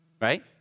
right